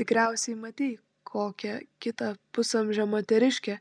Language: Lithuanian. tikriausiai matei kokią kitą pusamžę moteriškę